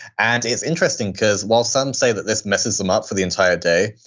and it's interesting because while some say that this messes them up for the entire day,